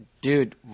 dude